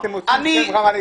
אבל אלה